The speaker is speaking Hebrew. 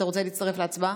אתה רוצה להצטרף להצבעה?